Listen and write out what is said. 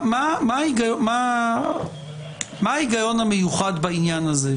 מה ההיגיון המיוחד בעניין הזה?